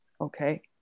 okay